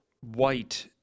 white